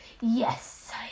Yes